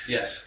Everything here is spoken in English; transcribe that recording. Yes